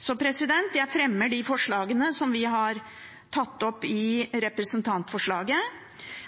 Så jeg fremmer de forslagene som vi har tatt opp i representantforslaget.